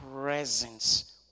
presence